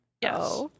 Yes